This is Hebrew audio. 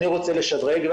אני רוצה לשדרג',